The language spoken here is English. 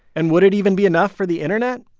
and would it even be enough for the internet?